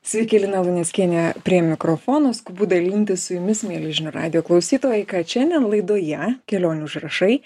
sveiki lina luneckienė prie mikrofono skubu dalintis su jumis mieli žinių radijo klausytojai kad šiandien laidoje kelionių užrašai